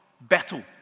Battle